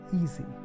easy